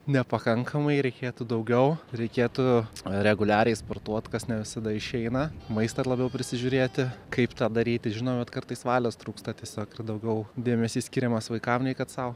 nepakankamai reikėtų daugiau reikėtų reguliariai sportuot kas ne visada išeina maistą labiau prisižiūrėti kaip tą daryti žinau bet kartais valios trūksta tiesiog ir daugiau dėmesys skiriamas vaikam nei kad sau